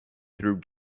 through